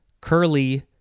curly